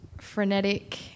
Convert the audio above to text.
frenetic